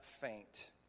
faint